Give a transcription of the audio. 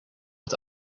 het